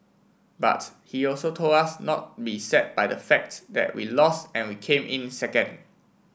but he also told us not be sad by the fact that we lost and we came in second